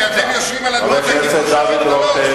הרי אתם יושבים על אדמות, חבר הכנסת דוד רותם.